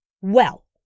Well